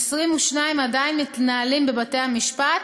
22 עדיין מתנהלים בבתי-המשפט